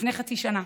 לפני חצי שנה.